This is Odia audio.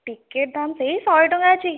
ଟିକେଟ ଦାମ ସେଇ ଶହେ ଟଙ୍କା ଅଛି